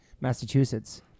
Massachusetts